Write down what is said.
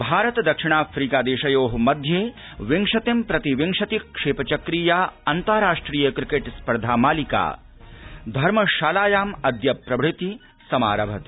भारत दक्षिणाफ्रीकादेशयोः मध्ये विंशतिं प्रति विंशतिक्षेपचक्रीया अन्ताराष्ट्रिय क्रिकेट् स्पर्धा मालिका धर्मशालायाम् अद्य प्रभृति समारभते